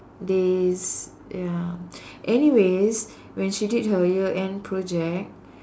days ya anyways when she did her year end project